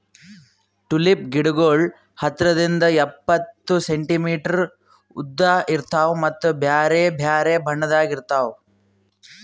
tulip ಗಿಡಗೊಳ್ ಹತ್ತರಿಂದ್ ಎಪ್ಪತ್ತು ಸೆಂಟಿಮೀಟರ್ ಉದ್ದ ಇರ್ತಾವ್ ಮತ್ತ ಬ್ಯಾರೆ ಬ್ಯಾರೆ ಬಣ್ಣದಾಗ್ ಇರ್ತಾವ್